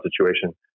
situation